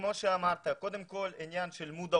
כמו שאמרת, קודם כל עניין של מודעות,